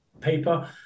paper